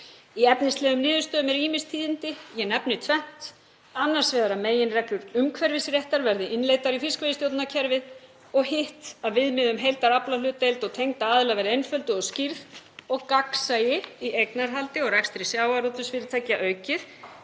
Í efnislegum niðurstöðum eru ýmis tíðindi. Ég nefni tvennt; annars vegar að meginreglur umhverfisréttar verði innleiddar í fiskveiðistjórnarkerfið og hitt, að viðmið um heildaraflahlutdeild og tengda aðila verði einfölduð og skýrð og gagnsæi í eignarhaldi og rekstri sjávarútvegsfyrirtækja aukið,